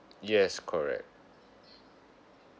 yes correct